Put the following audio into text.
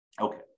Okay